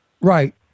Right